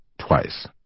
twice